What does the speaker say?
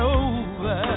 over